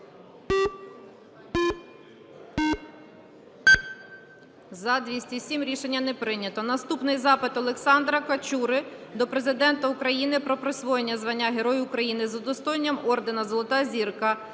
За-207 Рішення не прийнято. Наступний запит Олександра Качури до Президента України про присвоєння звання Герой України з удостоєнням ордена "Золота Зірка"